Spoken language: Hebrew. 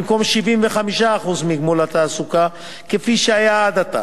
במקום 75% מגמול התעסוקה כפי שהיה עד עתה.